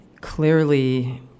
Clearly